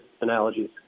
analogies